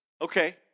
Okay